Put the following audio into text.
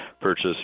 purchase